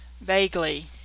vaguely